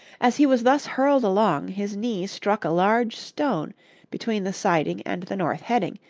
as he was thus hurled along his knee struck a large stone between the siding and the north heading,